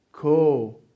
go